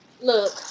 look